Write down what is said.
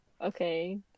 okay